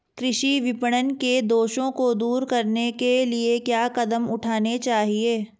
कृषि विपणन के दोषों को दूर करने के लिए क्या कदम उठाने चाहिए?